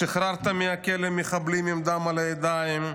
שחררת מהכלא מחבלים עם דם על הידיים,